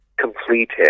completed